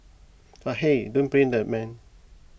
but hey don't blame the man